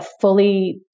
fully